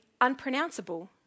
unpronounceable